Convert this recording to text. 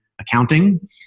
accounting